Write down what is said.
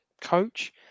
coach